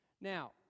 Now